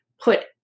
put